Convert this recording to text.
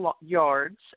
yards